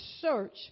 search